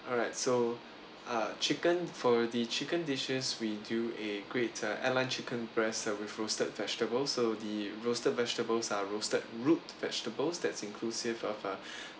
alright so uh chicken for the chicken dishes we do a great uh airline chicken breast served with roasted vegetable so the roasted vegetables are roasted root vegetables that's inclusive of uh